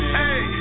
hey